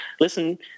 listen